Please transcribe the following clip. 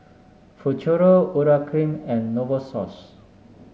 Futuro Urea Cream and Novosource